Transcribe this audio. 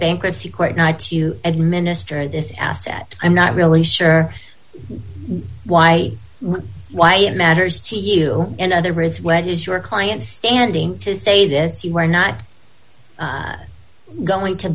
bankruptcy court not to administer this asset i'm not really sure why why it matters to you in other words when it is your client standing to say this you are not going to